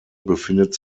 befindet